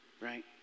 right